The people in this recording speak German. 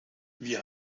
wir